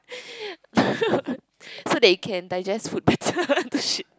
so they can digest food better